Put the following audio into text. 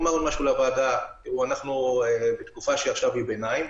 עכשיו אנחנו בתקופת ביניים.